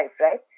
right